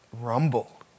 rumble